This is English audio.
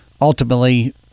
ultimately